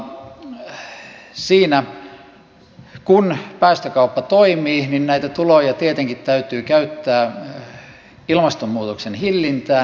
ja kun päästökauppa toimii niin näitä tuloja tietenkin täytyy käyttää ilmastonmuutoksen hillintään